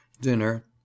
Dinner